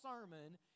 sermon